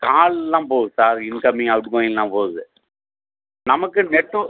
காலெல்லாம் போகுது sir incoming அவுட்கோயிங்கெலாம் போகுது நமக்கு நெட்வொ